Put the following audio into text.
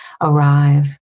arrive